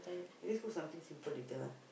I just cook something simple later lah